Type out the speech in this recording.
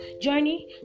journey